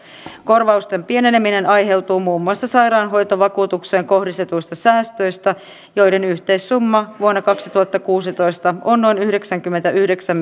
korvausten pieneneminen aiheutuu muun muassa sairaanhoitovakuutukseen kohdistetuista säästöistä joiden yhteissumma vuonna kaksituhattakuusitoista on noin yhdeksänkymmentäyhdeksän